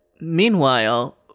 Meanwhile